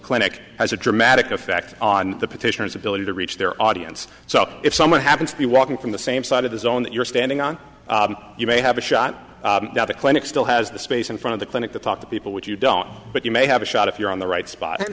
clinic has a dramatic effect on the petitioner's ability to reach their audience so if someone happens to be walking from the same side of the zone that you're standing on you may have a shot at the clinic still has the space in front of the clinic to talk to people which you don't but you may have a shot if you're on the right spot and